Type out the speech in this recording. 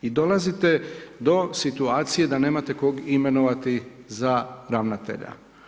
I dolazite do situacije da nemate koga imenovati za ravnatelja.